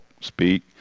speak